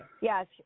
Yes